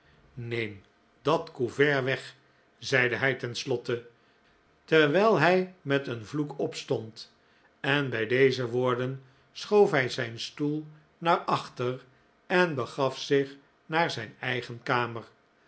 neem dat couvert weg zeide hij ten slotte terwijl hij met een vloek opstond en bij deze woorden schoof hij zijn stoel naar achter en begaf zich naar zijn eigen kamer